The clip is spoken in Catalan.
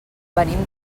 venim